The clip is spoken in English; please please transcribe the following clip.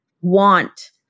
want